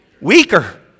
weaker